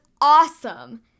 awesome